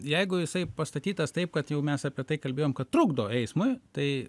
jeigu jisai pastatytas taip kad jau mes apie tai kalbėjom kad trukdo eismui tai